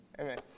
Amen